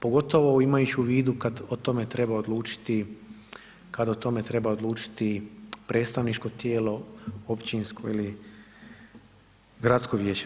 Pogotovo imajući u vidu kad o tome treba odlučiti, kad o tome treba odlučiti predstavničko tijelo, općinsko ili gradsko vijeće.